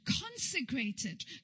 consecrated